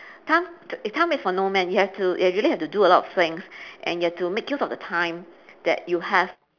time time is for no man you have to you really have to do a lot things and you have to make use of the time that you have